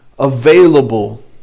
available